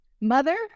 Mother